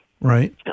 Right